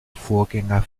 vorgänger